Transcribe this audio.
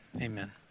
amen